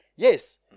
Yes